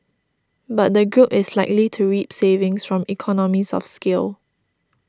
but the group is likely to reap savings from economies of scale